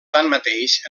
tanmateix